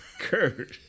Kurt